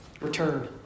return